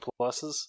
pluses